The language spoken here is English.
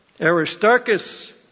Aristarchus